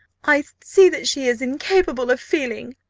i see that she is incapable of feeling.